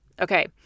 Okay